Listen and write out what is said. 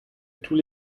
tous